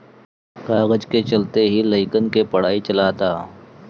कागज के चलते ही लइकन के पढ़ाई चलअता